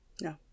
No